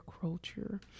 culture